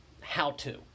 how-to